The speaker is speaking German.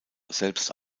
selbst